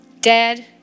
Dad